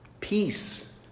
Peace